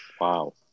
Wow